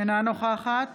אינה נוכחת